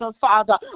Father